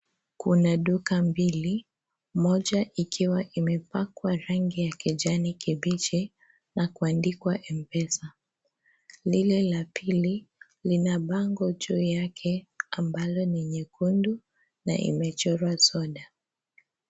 Kuna duka mbili. Moja ikiwa imepakwa rangi ya kijani kibichi na kuandikwa Mpesa. Lile la pili lina bango juu yake ambalo ni nyekundu na imechora soda.